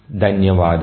ధన్యవాదాలు